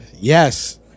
Yes